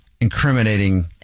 incriminating